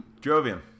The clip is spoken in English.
Jovian